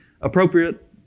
appropriate